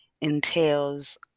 entails